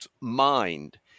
mind